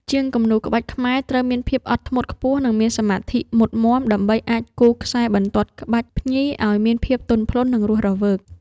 ជាងគំនូរក្បាច់ខ្មែរត្រូវមានភាពអត់ធ្មត់ខ្ពស់ និងមានសមាធិមុតមាំ ដើម្បីអាចគូរខ្សែបន្ទាត់ក្បាច់ភ្ញីឱ្យមានភាពទន់ភ្លន់ និងរស់រវើក។